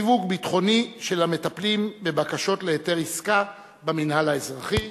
סיווג ביטחוני של המטפלים בבקשות להיתר עסקה במינהל האזרחי.